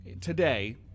today